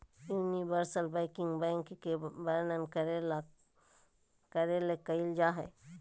universal banking bank के वर्णन करे ले कइल जा हइ